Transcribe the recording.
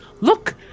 Look